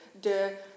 de